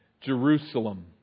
Jerusalem